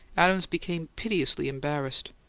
adams became pitiably embarrassed.